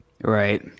Right